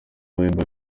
wema